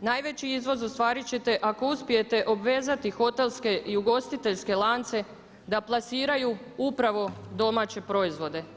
najveći izvoz ostvarit ćete ako uspijete obvezati hotelske i ugostiteljske lance da plasiraju upravo domaće proizvode.